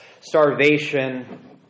starvation